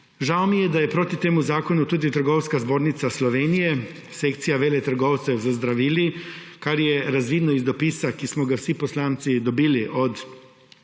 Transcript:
Žal mi je, da je proti temu zakonu tudi Trgovinska zbornica Slovenije, sekcija veletrgovcev z zdravili, kar je razvidno iz dopisa, ki smo ga vsi poslanci dobili od njih.